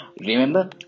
remember